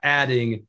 adding